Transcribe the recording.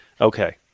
Okay